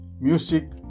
Music